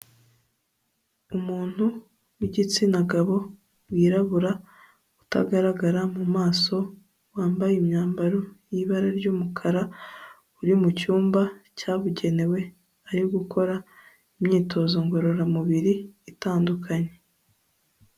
Umuntu w'igitsina gabo wirabura utagaragara mu maso, wambaye imyambaro y'ibara ry'umukara, uri mu cyumba cyabugenewe ari gukora imyitozo ngororamubiri itandukanye.